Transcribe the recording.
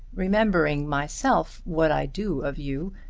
remembering myself what i do of you,